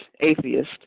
atheist